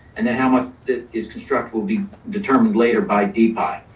and then how much is construct will be determined later by dpi.